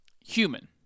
human